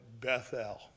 Bethel